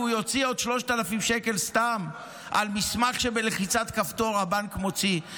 והוא יוציא עוד 3,000 שקל סתם על מסמך שבלחיצת כפתור הבנק מוציא?